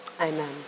Amen